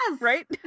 Right